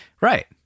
Right